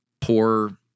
poor